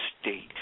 state